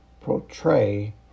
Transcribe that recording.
portray